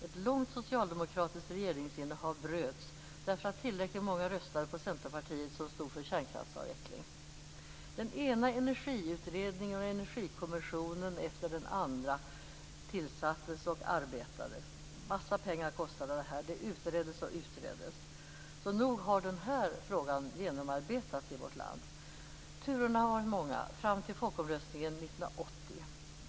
Ett långt socialdemokratiskt regeringsinnehav bröts därför att tillräckligt många röstade på Centerpartiet, som stod för kärnkraftsavveckling. Den ena energiutredningen och energikommisionen efter den andra tillsattes och arbetade. Det kostade en massa pengar. Det utreddes och utreddes. Nog har den här frågan genomarbetats i vårt land. Turerna har varit många fram till folkomröstningen 1980.